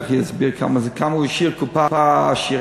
ואז הוא בטח יסביר כמה הוא השאיר קופה עשירה,